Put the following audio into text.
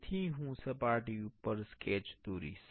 તેથી હું સપાટી ઉપર સ્કેચ દોરીશ